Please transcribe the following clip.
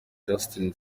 justin